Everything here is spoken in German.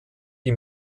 die